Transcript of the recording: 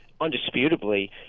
undisputably